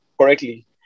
correctly